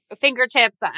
fingertips